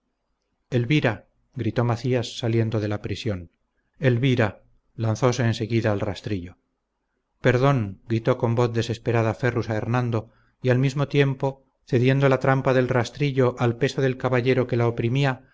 elvira gritó macías saliendo de la prisión elvira lanzóse en seguida al rastrillo perdón gritó con voz desesperada ferrus a hernando y al mismo tiempo cediendo la trampa del rastrillo al peso del caballero que la oprimía